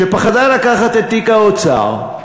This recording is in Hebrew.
שפחדה לקחת את תיק האוצר,